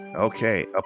okay